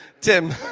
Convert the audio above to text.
Tim